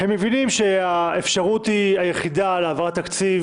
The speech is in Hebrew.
הם מבינים שהאפשרות היחידה להעברת תקציב